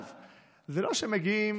זה לא שמגיעים